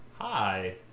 Hi